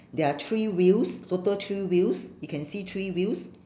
there are three wheels total three wheels you can see three wheels